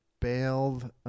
bailed